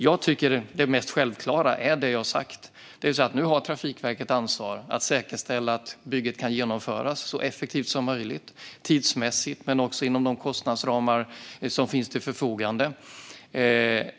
Jag tycker att det mest självklara är det jag har sagt, nämligen att Trafikverket har ansvaret att säkerställa att bygget kan genomföras så effektivt som möjligt tidsmässigt och inom de kostnadsramar som finns till förfogande.